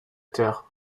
acteurs